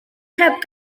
heb